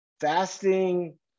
fasting